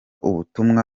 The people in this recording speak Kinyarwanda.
ubutumwa